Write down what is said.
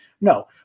No